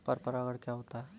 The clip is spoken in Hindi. पर परागण क्या होता है?